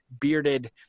bearded